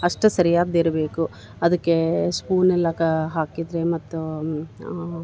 ಅಷ್ಟು ಸರಿಯಾಗಿದಿರ್ಬೇಕು ಅದಕ್ಕೆ ಸ್ಪೂನ್ ಎಲ್ಲ ಕಾ ಹಾಕಿದರೆ ಮತ್ತು